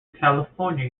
california